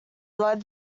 led